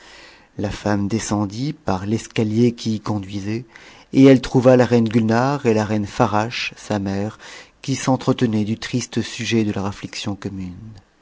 la femme descendit par l'escalier qui y tuisait et elle trouva la reine gu nare et la reine farasche sa mère tiui s'entretenaientdu triste sujet de leur affliction commune